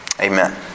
Amen